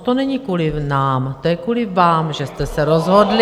To není kvůli nám, to je kvůli vám, že jste se rozhodli...